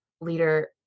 leader